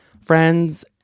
friends